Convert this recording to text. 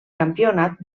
campionat